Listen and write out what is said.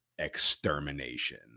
extermination